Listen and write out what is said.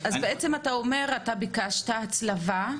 אז אתה אומר שאתה ביקשת הצלבה?